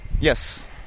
Yes